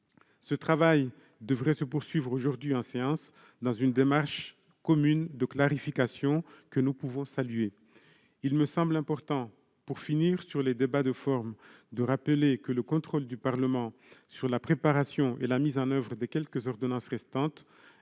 Ce travail devrait se poursuivre aujourd'hui en séance, dans une démarche commune de clarification que nous pouvons saluer. Pour finir sur les débats de forme, il me semble important de rappeler que le contrôle du Parlement sur la préparation et la mise en oeuvre des quelques ordonnances restantes,